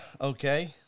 okay